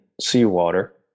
seawater